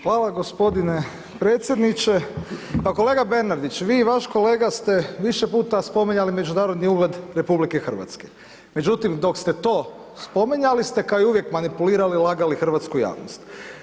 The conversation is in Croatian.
Hvala gospodine predsjedniče, pa kolega Bernardić vi i vaš kolega ste više puta spominjali međunarodni ugled RH, međutim dok ste to spominjali ste kao i uvijek manipulirali, lagali hrvatsku javnost.